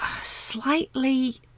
slightly